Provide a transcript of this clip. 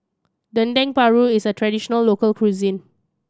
Dendeng Paru is a traditional local cuisine